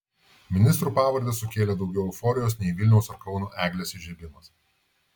ministrų pavardės sukėlė daugiau euforijos nei vilniaus ar kauno eglės įžiebimas